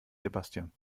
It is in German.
sebastian